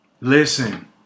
listen